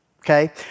Okay